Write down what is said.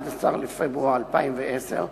11 בפברואר 2010,